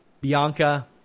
Bianca